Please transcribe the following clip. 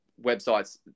websites